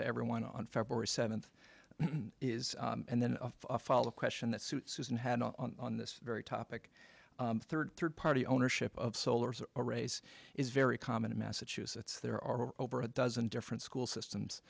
to everyone on february seventh is and then of a follow up question that suit susan had on this very topic third third party ownership of solar arrays is very common in massachusetts there are over a dozen different school systems